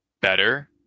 better